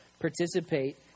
participate